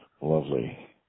lovely